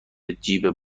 جیب